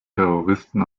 terroristen